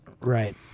Right